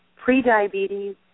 pre-diabetes